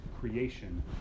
creation